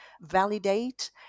validate